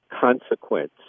consequence